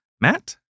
Matt